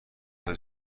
های